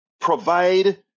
provide